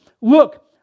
look